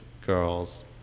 girls